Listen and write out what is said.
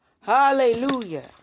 Hallelujah